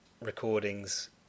recordings